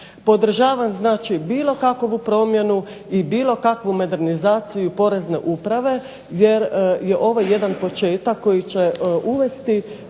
Podržavam znači bilo kakvu promjenu i bilo kakvu modernizaciju Porezne uprave jer je ovo jedan početak koji će uvesti